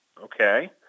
Okay